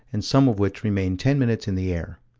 and some of which remained ten minutes in the air.